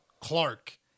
Clark